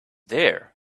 there